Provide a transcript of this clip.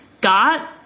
got